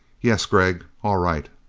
yes, gregg. all right.